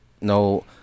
No